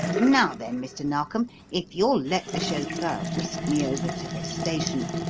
now then, mr. narkom, if you'll let the chauffeur whisk me over to the station,